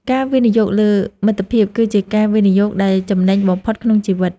ការវិនិយោគលើមិត្តភាព គឺជាការវិនិយោគដែលចំណេញបំផុតក្នុងជីវិត។